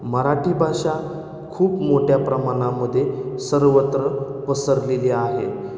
मराठी भाषा खूप मोठ्या प्रमाणामध्ये सर्वत्र पसरलेली आहे